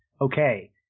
okay